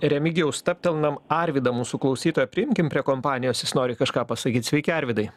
remigijau stabtelnam arvydą mūsų klausytoją priimkim prie kompanijos jis nori kažką pasakyt sveiki arvydai